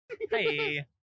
Hey